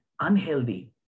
unhealthy